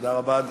תודה רבה,